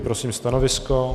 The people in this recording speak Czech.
Prosím stanovisko.